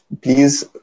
please